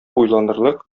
уйланырлык